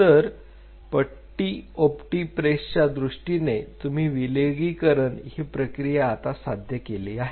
तर पट्टी ओप्टीप्रेपच्यादृष्टीने तुम्ही विलगीकरण ही प्रक्रिया आता साध्य केली आहे